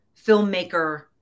filmmaker